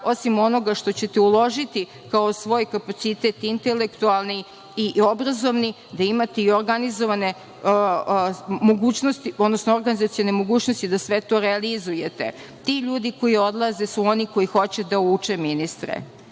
osim onoga što ćete uložiti kao svoj kapacitet, intelektualni i obrazovni, da imate i organizacione mogućnosti da sve to realizujete. Ti ljudi koji odlaze su oni koji hoće da uče, ministre,